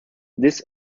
this